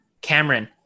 Cameron